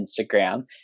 Instagram